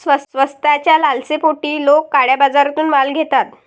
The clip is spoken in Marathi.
स्वस्ताच्या लालसेपोटी लोक काळ्या बाजारातून माल घेतात